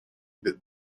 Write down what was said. that